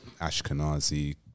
Ashkenazi